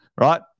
Right